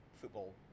football